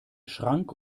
schrank